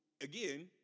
Again